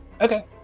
Okay